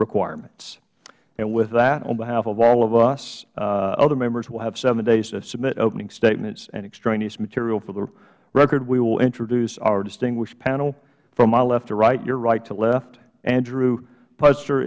requirements mister gowdy with that on behalf of all of us other members will have seven days to submit opening statements and extraneous material for the record we will introduce our distinguished panel from my left to right your right to left andrew p